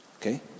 Okay